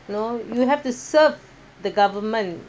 no you have to serve the government